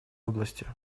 области